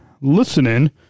listening